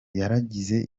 yaragize